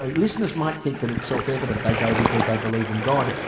ah listeners might think that it's self-evident, they go because they believe in god.